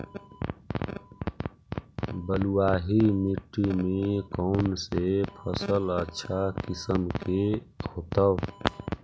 बलुआही मिट्टी में कौन से फसल अच्छा किस्म के होतै?